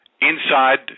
inside